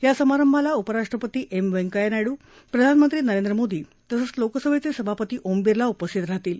या समारंभाला उपराष्ट्रपती एम व्यंकय्या नायड प्रधानमंत्री नरेंद्र मोदी तसंच लोकसभेचे सभापती ओम बिर्ला उपस्थित राहतील